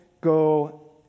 go